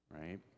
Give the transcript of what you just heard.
Right